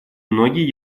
многие